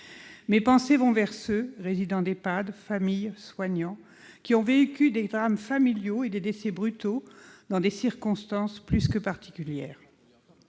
Mes pensées vont vers ceux- résidents d'Ehpad, familles, soignants -qui ont vécu des drames familiaux et des décès brutaux, dans des circonstances plus que particulières.